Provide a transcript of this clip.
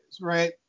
right